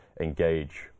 engage